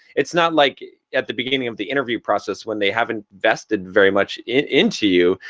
it's not like at the beginning of the interview process when they haven't invested very much into you.